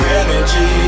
energy